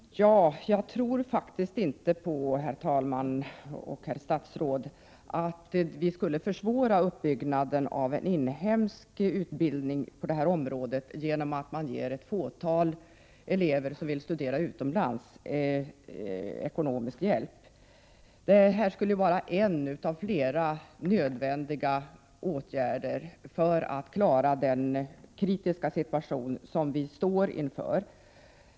Herr talman! Jag tror faktiskt inte på att vi skulle försvåra uppbyggnaden av en inhemsk utbildning på det här området genom att ge ett fåtal elever som vill studera utomlands ekonomisk hjälp. Det här skulle vara en av flera nödvändiga åtgärder för att klara den kritiska situation som vi står inför.